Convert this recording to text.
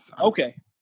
Okay